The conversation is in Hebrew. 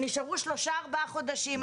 נשארו שלושה-ארבעה חודשים,